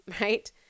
right